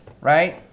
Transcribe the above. right